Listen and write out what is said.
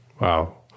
wow